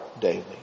daily